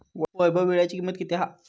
वैभव वीळ्याची किंमत किती हा?